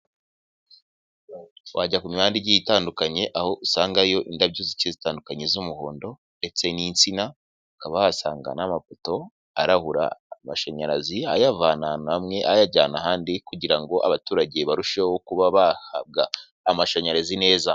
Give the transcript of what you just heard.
Wajya ku mihanda igiye itandukanye, aho usangayo indabyo zigiye zitandukanye z'umuhondo ndetse n'insina, ukaba wasanga n'amapoto arahura amashanyarazi ayavana ahantu hamwe ayajyana ahandi kugira ngo abaturage barusheho kuba bahabwa amashanyarazi neza.